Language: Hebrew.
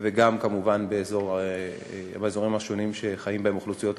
וגם כמובן באזורים השונים שחיים בהם אוכלוסיות ערביות,